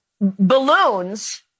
balloons